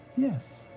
yes.